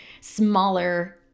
smaller